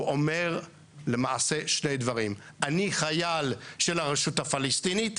הוא למעשה אומר שני דברים: אני חייל של הרשות הפלסטינית,